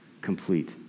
complete